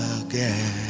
again